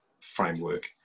Framework